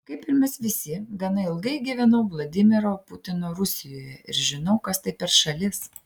kaip ir mes visi gana ilgai gyvenau vladimiro putino rusijoje ir žinau kas tai per šalis